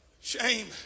Shame